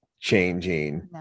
changing